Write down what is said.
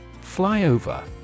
Flyover